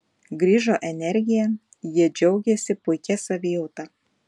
grįžo energija jie džiaugėsi puikia savijauta